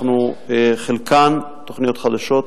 חלקן תוכניות חדשות,